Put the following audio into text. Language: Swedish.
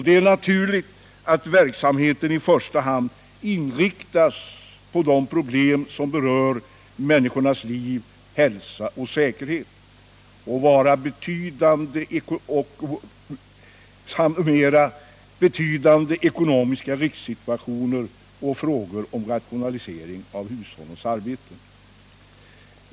Det är naturligt att verksamheten i första hand inriktas på de problem som berör människornas liv, hälsa och säkerhet samt mera betydande ekonomiska livssituationer och frågor om rationalisering av hushållens arbete.